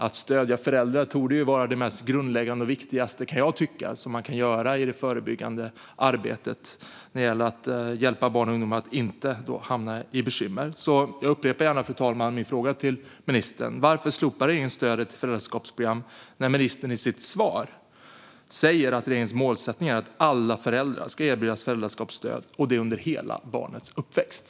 Att stödja föräldrar torde ju vara det mest grundläggande och viktigaste, kan jag tycka, som man kan göra i det förebyggande arbetet när det gäller att hjälpa barn och ungdomar att inte hamna i bekymmer. Fru talman! Jag upprepar gärna min fråga till ministern: Varför slopar regeringen stödet till föräldrastödsprogram när ministern i sitt svar säger att regeringens målsättning är att alla föräldrar ska erbjudas föräldraskapsstöd under hela barnets uppväxt?